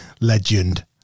Legend